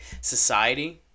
Society